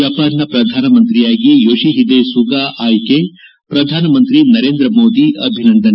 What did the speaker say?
ಜಪಾನ್ನ ಪ್ರಧಾನಮಂತ್ರಿಯಾಗಿ Yoshihide Suga ಆಯ್ಸೆ ಪ್ರಧಾನಮಂತ್ರಿ ನರೇಂದ್ರ ಮೋದಿ ಅಭಿನಂದನೆ